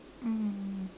mm